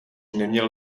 neměl